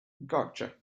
gotcha